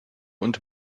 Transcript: und